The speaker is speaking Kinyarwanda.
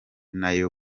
nayo